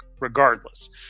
regardless